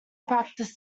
practised